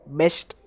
best